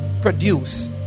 produce